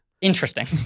Interesting